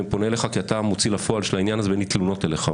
אני פונה אליך כי אתה המוציא לפועל של העניין הזה ואין לי תלונות אליך,